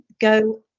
Go